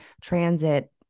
transit